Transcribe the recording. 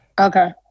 Okay